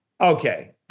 Okay